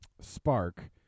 Spark